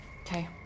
Okay